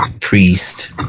priest